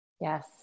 yes